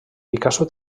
picasso